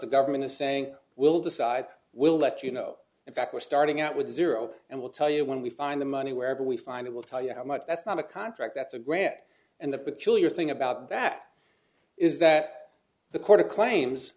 the government is saying we'll decide we'll let you know in fact we're starting out with zero and we'll tell you when we find the money wherever we find it we'll tell you how much that's not a contract that's a grant and the peculiar thing about that is that the court of claims